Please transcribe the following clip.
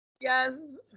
yes